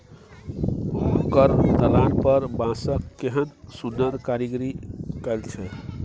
ओकर दलान पर बांसक केहन सुन्नर कारीगरी कएल छै